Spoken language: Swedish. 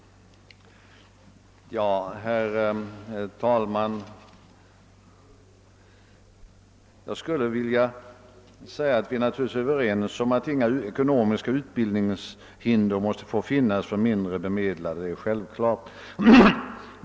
Herr talman! Vi är naturligtvis överens om att inga ekonomiska utbildningshinder får finnas för mindre bemediade — det är självklart.